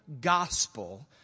gospel